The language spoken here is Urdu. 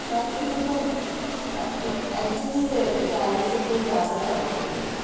باقی مجھے اک ایکچولی شاعری سے کوئی زیادہ شغف نہیں ہے